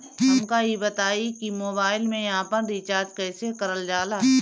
हमका ई बताई कि मोबाईल में आपन रिचार्ज कईसे करल जाला?